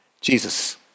Jesus